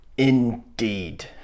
Indeed